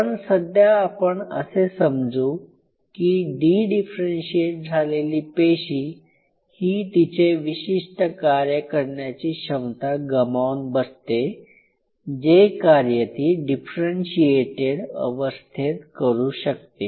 पण सध्या आपण असे समजू की डी डिफरेंशीएट झालेली पेशी ही तिचे विशिष्ट कार्य करण्याची क्षमता गमावून बसते जे कार्य ती डिफरेंशीएटेड अवस्थेत करू शकते